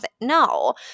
No